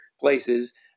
places